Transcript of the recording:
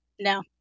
No